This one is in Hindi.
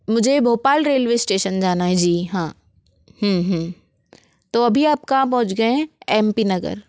मुझे भोपाल रेलवे स्टेशन जाना है जी हाँ तो अभी आप कहाँ पहुंच गए है एम पी नगर